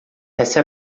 essa